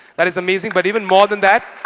that is amazing. but even more than that,